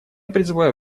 призываю